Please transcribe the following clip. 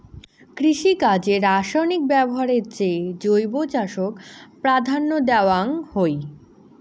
কৃষিকাজে রাসায়নিক ব্যবহারের চেয়ে জৈব চাষক প্রাধান্য দেওয়াং হই